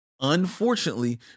unfortunately